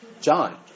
John